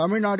Tamil Nadu